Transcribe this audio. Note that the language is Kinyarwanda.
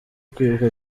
kwibuka